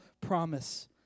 promise